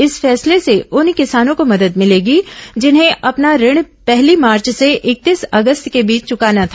इस फैसले से उन किसानों को मदद मिलेगी जिन्हें अपना ऋण पहली मार्च से इकतीस अगस्त के बीच चुकाना था